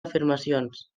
afirmacions